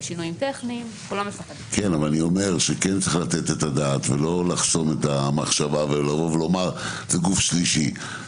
כן צריך לתת את הדעת ולא לחסום את המחשבה ולבוא ולומר: זה גוף שלישי.